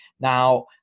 Now